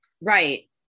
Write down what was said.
Right